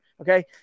Okay